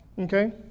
Okay